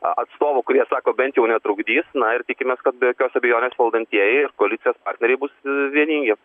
atstovų kurie sako bent jau netrukdys na ir tikimės kad be jokios abejonės valdantieji ir koalicijos partneriai bus vieningi